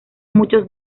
muchos